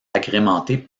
agrémenté